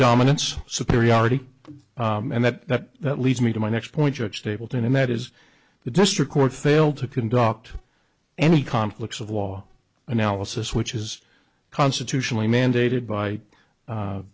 predominance superiority and that that leads me to my next point judge stapleton and that is the district court failed to conduct any conflicts of law analysis which is constitutionally mandated by